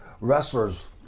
wrestlers